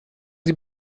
sie